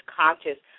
conscious